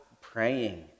praying